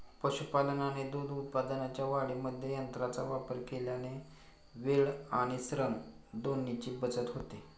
पशुपालन आणि दूध उत्पादनाच्या वाढीमध्ये यंत्रांचा वापर केल्याने वेळ आणि श्रम दोन्हीची बचत होते